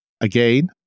again